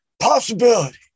possibility